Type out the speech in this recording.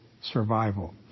survival